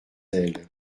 elle